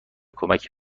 کمک